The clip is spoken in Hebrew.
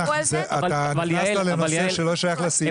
אתה נכנסת לנושא שלא שייך לסעיף הזה.